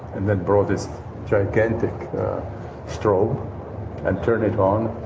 and then brought this gigantic strobe and turned it on.